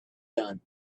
done